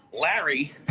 Larry